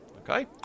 Okay